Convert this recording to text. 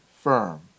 firm